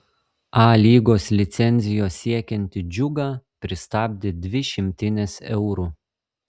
a lygos licencijos siekiantį džiugą pristabdė dvi šimtinės eurų